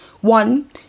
one